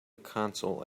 console